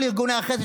כל ארגוני החסד,